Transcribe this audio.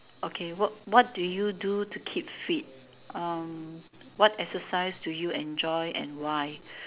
okay what what do you to keep fit um what exercise do you enjoy and why